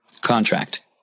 contract